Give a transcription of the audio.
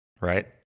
right